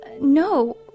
No